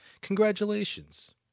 Congratulations